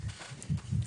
אוקי.